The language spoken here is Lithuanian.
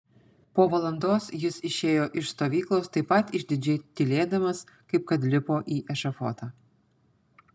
po valandos jis išėjo iš stovyklos taip pat išdidžiai tylėdamas kaip kad lipo į ešafotą